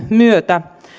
myötä